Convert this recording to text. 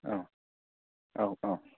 औ औ औ